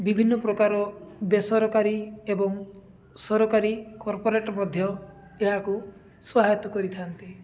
ବିଭିନ୍ନ ପ୍ରକାର ବେସରକାରୀ ଏବଂ ସରକାରୀ କର୍ପୋରେଟ୍ ମଧ୍ୟ ଏହାକୁ ସହାୟତା କରିଥାନ୍ତି